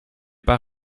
pas